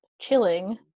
chilling